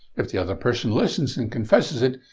if the other person listens and confesses it,